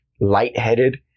lightheaded